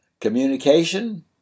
communication